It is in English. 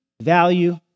value